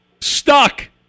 Stuck